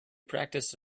practiced